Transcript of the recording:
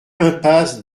impasse